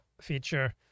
feature